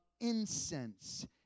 incense